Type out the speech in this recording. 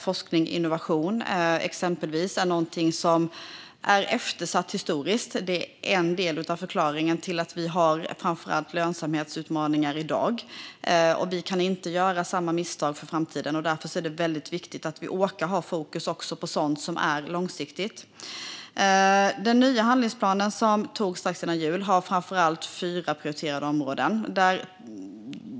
Forskning och innovation är exempelvis någonting som är eftersatt historiskt. Det är en del av förklaringen till att vi har framför allt lönsamhetsutmaningar i dag. Vi kan inte göra samma misstag för framtiden. Därför är det väldigt viktigt att vi orkar ha fokus också på sådant som är långsiktigt. Den nya handlingsplan som antogs strax före jul har framför allt fyra prioriterade områden.